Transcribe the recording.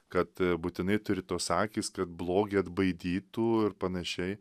kad būtinai turi tos akys kad blogį atbaidytų ir panašiai